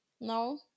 No